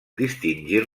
distingir